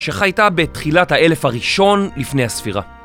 שחייתה בתחילת האלף הראשון לפני הספירה.